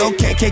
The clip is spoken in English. Okay